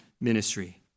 ministry